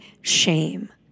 shame